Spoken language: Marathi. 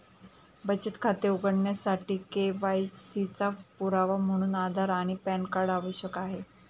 बचत खाते उघडण्यासाठी के.वाय.सी चा पुरावा म्हणून आधार आणि पॅन कार्ड आवश्यक आहे